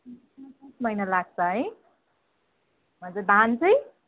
महिना लाग्छ है हजुर धान चाहिँ